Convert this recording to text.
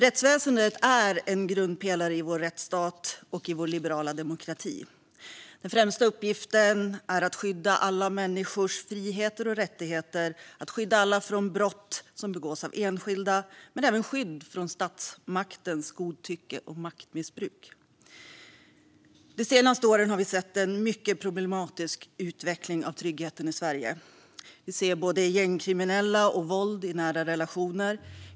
Rättsväsendet är en grundpelare i vår rättsstat och i vår liberala demokrati. Den främsta uppgiften är skydd för alla människors friheter och rättigheter, skydd för alla från brott som begås av enskilda och skydd från statsmaktens godtycke och maktmissbruk. De senaste åren har vi sett en mycket problematisk utveckling av tryggheten i Sverige. Vi ser gängkriminalitet och våld i nära relationer.